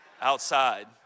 outside